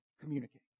communicate